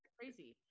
crazy